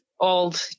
old